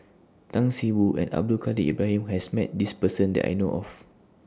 Tan See Boo and Abdul Kadir Ibrahim has Met This Person that I know of